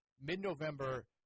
mid-November